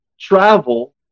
travel